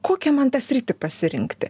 kokią man tą sritį pasirinkti